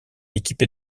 équipée